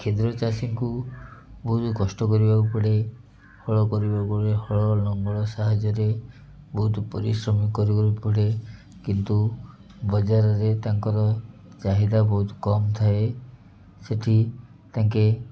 କ୍ଷୁଦ୍ର ଚାଷୀଙ୍କୁ ବହୁତ କଷ୍ଟ କରିବାକୁ ପଡ଼େ ହଳ କରିବାକୁ ପଡ଼େ ହଳ ଲଙ୍ଗଳ ସାହାଯ୍ୟରେ ବହୁତ ପରିଶ୍ରମ କରିବାକୁ ପଡ଼େ କିନ୍ତୁ ବଜାରରେ ତାଙ୍କର ଚାହିଦା ବହୁତ କମ୍ ଥାଏ ସେଇଠି ତାଙ୍କେ